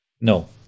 No